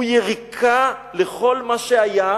הוא יריקה על כל מה שהיה,